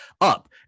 up